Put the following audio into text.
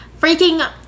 freaking